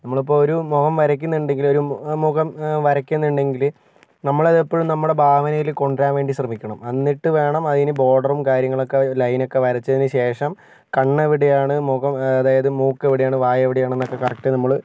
നമ്മൾ ഇപ്പോൾ ഒരു മുഖം വരക്കുന്നുണ്ടെങ്കിൽ ഒരു ആ മുഖം വരക്കുന്നുണ്ടെങ്കിൽ നമ്മൾ അത് എപ്പോഴും നമ്മളുടെ ഭാവനയിൽ കൊണ്ടുവരാൻ വേണ്ടി ശ്രമിക്കണം എന്നിട്ട് വേണം അതിന് ബോഡറും കാര്യങ്ങളൊക്കെ ലൈനൊക്കെ വരച്ചതിനു ശേഷം കണ്ണെവിടെയാണ് മുഖം അതായത് മൂക്ക് എവിടെയാണ് വായ എവിടെയാണ് എന്നൊക്കെ കറക്റ്റ് നമ്മൾ